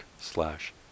slash